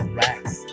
racks